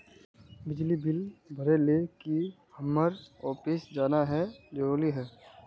बिजली बिल भरे ले की हम्मर ऑफिस जाना है जरूरी है?